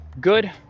Good